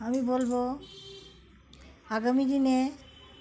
আমি বলবো আগামী দিনে